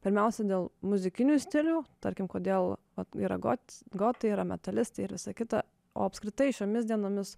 pirmiausia dėl muzikinių stilių tarkim kodėl vat yra got gotai yra metalistai ir visa kita o apskritai šiomis dienomis